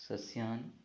सस्यान्